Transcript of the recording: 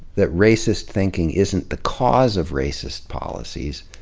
that racist thinking isn't the cause of racist policies.